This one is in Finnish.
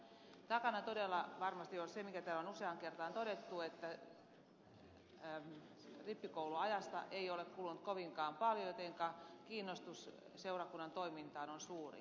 takana varmasti todella on se mikä täällä on useaan kertaan todettu että rippikouluajasta ei ole kulunut kovinkaan paljon jotenka kiinnostus seurakunnan toimintaan on suuri